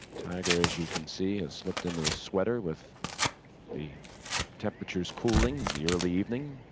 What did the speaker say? tiger, as you can see has slipped into a sweater with the temperatures cooling in the early evening.